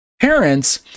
parents